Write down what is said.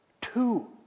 Two